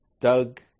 Doug